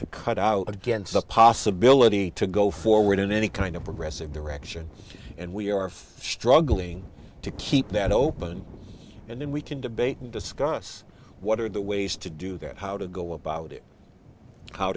to cut out against the possibility to go forward in any kind of progressive direction and we are struggling to keep that open and then we can debate and discuss what are the ways to do that how to go about it how